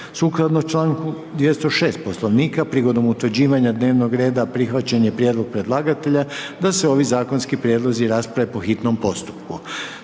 i čl. 172. i 204. Poslovnika HS. Prigodom utvrđivanja dnevnog reda prihvatili smo prijedlog predlagatelja da se ovi zakonski prijedlozi rasprave po hitnom postupku,